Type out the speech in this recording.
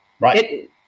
Right